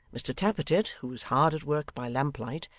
mr tappertit, who was hard at work by lamplight,